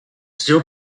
still